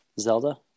Zelda